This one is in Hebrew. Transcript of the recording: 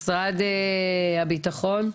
משרד הביטחון,